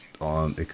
on